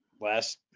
last